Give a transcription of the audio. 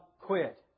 quit